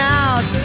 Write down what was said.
out